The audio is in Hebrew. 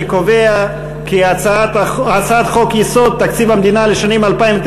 אני קובע כי הצעת חוק-יסוד: תקציב המדינה לשנים 2009